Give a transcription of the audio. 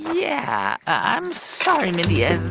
yeah. i'm sorry, mindy.